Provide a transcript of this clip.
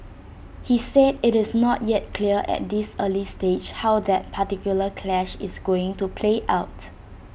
he said IT is not yet clear at this early stage how that particular clash is going to play out